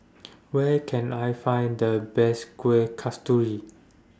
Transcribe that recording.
Where Can I Find The Best Kueh Kasturi